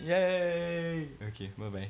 !yay! okay bye bye